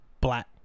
black